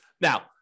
Now